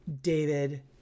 David